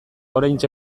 oraintxe